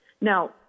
Now